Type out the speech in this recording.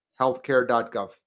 healthcare.gov